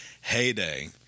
heyday